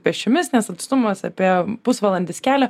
pėsčiomis nes atstumas apie pusvalandis kelio